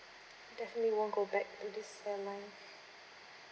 definitely won't go back to this airline